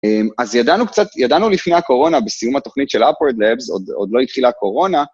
אז ידענו קצת, ידענו לפני הקורונה, בסיום התוכנית של Upward Labs, עוד לא התחילה הקורונה.